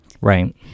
Right